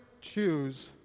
choose